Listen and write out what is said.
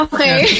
Okay